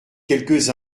quelques